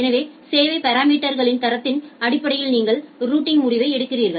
எனவே சேவை பாராமீட்டர்களின் தரத்தின் அடிப்படையில் நீங்கள் ரூட்டிங்யை முடிவை எடுக்கிறீர்கள்